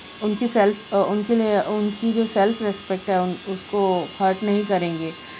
ان کی سیلف ان کے لئے ان کی جو سیلف رسپیکٹ ہے اس کو ہرٹ نہیں کریں گے